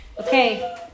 Okay